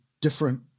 different